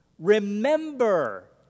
remember